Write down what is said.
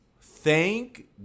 thank